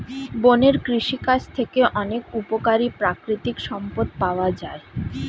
বনের কৃষিকাজ থেকে অনেক উপকারী প্রাকৃতিক সম্পদ পাওয়া যায়